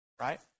Right